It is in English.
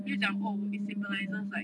then 讲 oh it symbolisms like